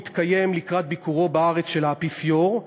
מתקיים לקראת ביקורו בארץ של האפיפיור,